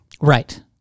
Right